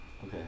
Okay